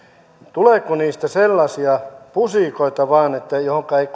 tuleeko niistä sellaisia pusikoita vain joista ei